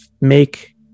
make